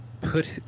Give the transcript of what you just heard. put